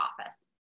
office